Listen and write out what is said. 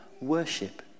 worship